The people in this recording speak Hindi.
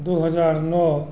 दो हज़ार नौ